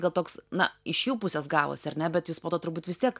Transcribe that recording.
gal toks na iš jų pusės gavosi ar ne bet jūs po to turbūt vis tiek